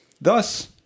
Thus